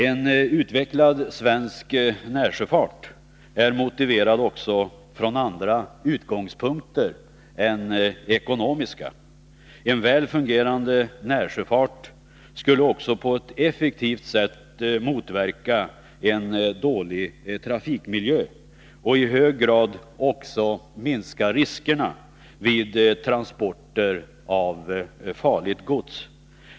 En utvecklad svensk närsjöfart är motiverad också från andra utgångspunkter än ekonomiska. En väl fungerande närsjöfart skulle också på ett effektivt sätt motverka en dålig trafikmiljö och i hög grad minska riskerna vid transporter av farligt gods.